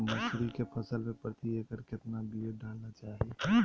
मसूरी के फसल में प्रति एकड़ केतना बिया डाले के चाही?